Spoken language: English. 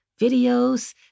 videos